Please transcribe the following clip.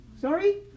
Sorry